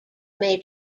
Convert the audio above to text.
may